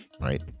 right